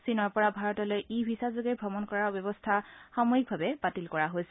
চীনৰ পৰা ভাৰতলৈ ই ভিছাযোগে ভ্ৰমণ কৰাৰ ব্যৱস্থা সাময়িকভাৱে বাতিল কৰা হৈছে